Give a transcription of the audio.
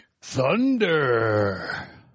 thunder